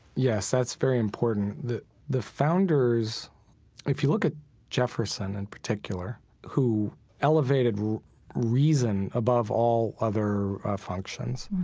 yes, that's very important. the the founders if you look at jefferson, in particular, who elevated reason above all other functions.